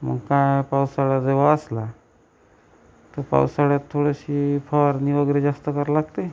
मग काय पावसाळा जवळ असला तर पावसाळ्यात थोडंशी फवारणी वगैरे जास्त करा लागते